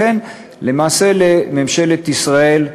לכן למעשה לממשלת ישראל,